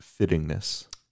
fittingness